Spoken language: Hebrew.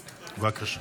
בבקשה.